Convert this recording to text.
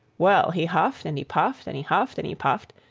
well, he huffed and he puffed, and he huffed and he puffed,